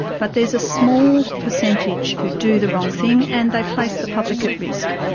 but there's a small percentage who do the wrong thing and they place the public at risk.